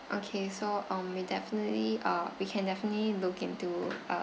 okay so um we'll definitely uh we can definitely look into